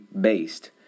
based